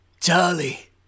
Charlie